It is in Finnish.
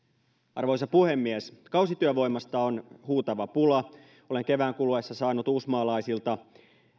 arvoisa puhemies kausityövoimasta on huutava pula olen kevään kuluessa saanut uusmaalaisilta